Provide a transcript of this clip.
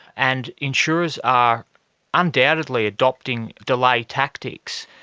and insurers are undoubtedly adopting delay tactics,